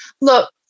Look